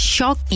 Shock